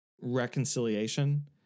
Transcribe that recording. reconciliation